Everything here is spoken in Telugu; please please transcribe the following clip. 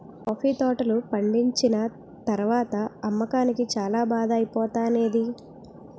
కాఫీ తోటలు పండిచ్చిన తరవాత అమ్మకానికి చాల బాధ ఐపోతానేది